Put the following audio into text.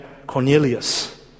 Cornelius